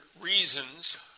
reasons